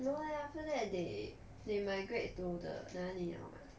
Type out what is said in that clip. no eh after that they they migrate to the 哪里了吗